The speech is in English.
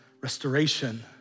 restoration